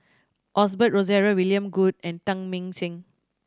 Osbert Rozario William Goode and Teng Mah Seng